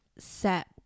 set